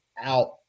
out